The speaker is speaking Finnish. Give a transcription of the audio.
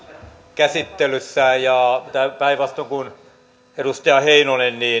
käsittelyssä ja päinvastoin kuin edustaja heinonen